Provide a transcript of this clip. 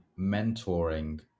mentoring